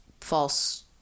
false